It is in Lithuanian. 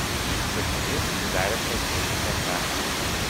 sakinys priderintas prie kito sakinio